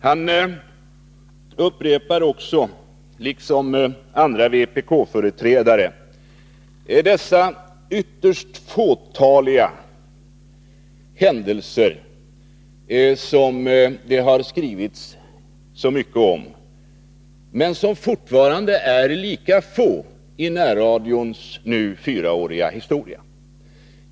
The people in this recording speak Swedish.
Han tar också, liksom andra vpk-företrädare, åter upp dessa ytterst fåtaliga övertramp som det har skrivits så mycket om men som fortfarande är lika få i närradions nu fyraåriga historia.